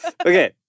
Okay